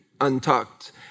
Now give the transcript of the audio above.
untucked